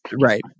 right